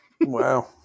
Wow